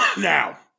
Now